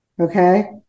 Okay